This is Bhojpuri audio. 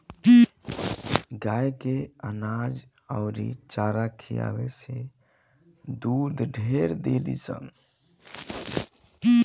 गाय के अनाज अउरी चारा खियावे से दूध ढेर देलीसन